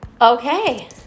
okay